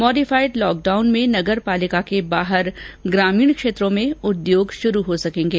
modified lockdown में नगरपालिका के बाहर ग्रामीण क्षेत्रों में उद्योग शुरू हो सकेंगें